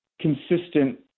consistent